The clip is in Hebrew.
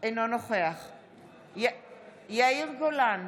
אינו נוכח יאיר גולן,